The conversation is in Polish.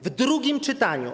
W drugim czytaniu.